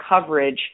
coverage